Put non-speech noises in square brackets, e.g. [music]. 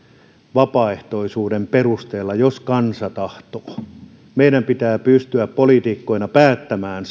vapaaehtoisuuden perusteella jos kansa tahtoo meidän pitää pystyä poliitikkoina päättämään [unintelligible]